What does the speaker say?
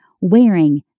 wearing